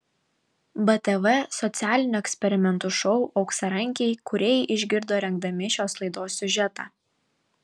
btv socialinių eksperimentų šou auksarankiai kūrėjai išgirdo rengdami šios laidos siužetą